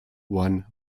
one